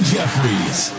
Jeffries